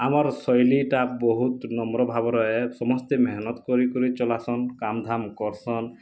ଆମର ଶୈଲୀଟା ବହୁତ୍ ନମ୍ର ଭାବରେ ରହେ ସମସ୍ତେ ମେହନତ୍ କରି କରି ଚଲାଁସନ୍ କାମ ଧାମ୍ କର୍ସନ୍